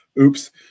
oops